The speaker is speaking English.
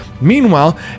meanwhile